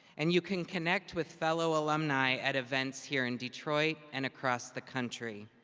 and you can connect with fellow alumni at events here in detroit and across the country.